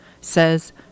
says